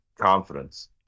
confidence